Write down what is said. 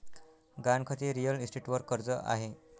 गहाणखत हे रिअल इस्टेटवर कर्ज आहे